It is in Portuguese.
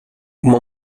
uma